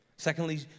Secondly